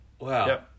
wow